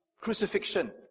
crucifixion